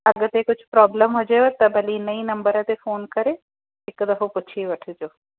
अॻिते कुझु प्रॉब्लम हुजेव त भली हिन ई नंबर ते फ़ोन करे हिकु दफ़ो पुछी वठिजो